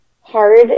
hard